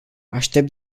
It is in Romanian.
aștept